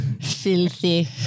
Filthy